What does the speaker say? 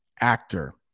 actor